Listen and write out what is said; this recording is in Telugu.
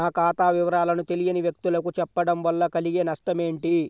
నా ఖాతా వివరాలను తెలియని వ్యక్తులకు చెప్పడం వల్ల కలిగే నష్టమేంటి?